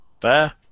Fair